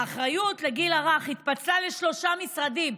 האחריות לגיל הרך התפצלה לשלושה משרדים.